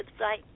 website